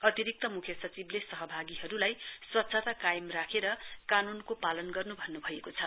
अतिरिक्त मुख्य सचिवले सहभागीहरूलाई स्वच्छता कायम राखेर कानूनको पालन गर्नु भन्नु भएको छ